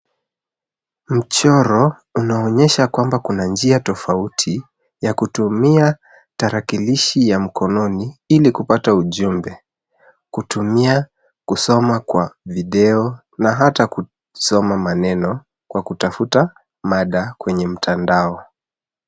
Mchoro unaonyesha kwamba kuna njia tofauti ya kutumia tarakilishi ya mkononi ili kupata ujumbe. Kutumia kusoma kwa video na hata kusoma maneno kwa kutafuta mada kwenye mtandao.